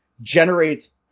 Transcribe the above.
generates